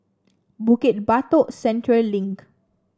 Bukit Batok Central Link